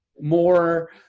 more